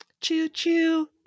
Choo-choo